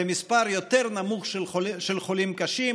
זה מספר יותר נמוך של חולים קשים,